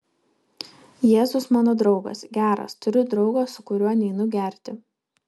jėzus mano draugas geras turiu draugą su kuriuo neinu gerti